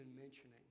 mentioning